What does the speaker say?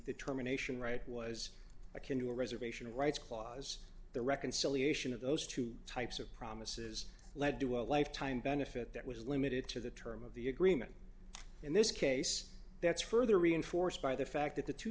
determination right was akin to a reservation rights clause the reconciliation of those two types of promises led to a lifetime benefit that was limited to the term of the agreement in this case that's further reinforced by the fact that the two